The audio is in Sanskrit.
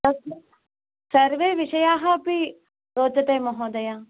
तस्य सर्वे विषयाः अपि रोचते महोदय